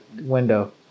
window